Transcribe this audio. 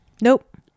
Nope